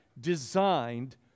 designed